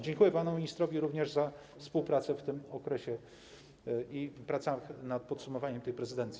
Dziękuję panu ministrowi również za współpracę w tym okresie i prace nad podsumowaniem tej prezydencji.